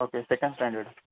okay second standard